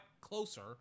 closer